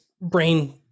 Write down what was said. brain